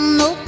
no